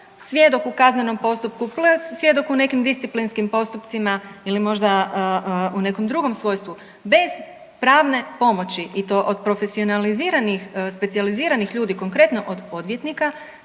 svjedok u kaznenom postupku, plus svjedok u nekim disciplinskim postupcima ili možda u nekom drugom svojstvu bez pravne pomoći i to od profesionaliziranih specijaliziranih ljudi konkretno od odvjetnika,